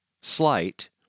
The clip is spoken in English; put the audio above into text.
slight